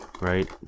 right